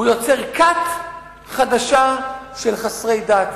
הוא יוצר כת חדשה של חסרי הדת.